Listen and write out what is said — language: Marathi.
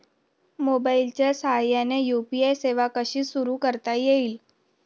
मोबाईलच्या साहाय्याने यू.पी.आय सेवा कशी सुरू करता येईल?